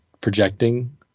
projecting